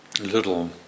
little